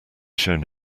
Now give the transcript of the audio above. shown